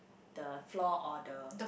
the floor order